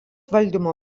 valdymo